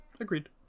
Agreed